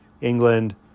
England